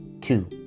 Two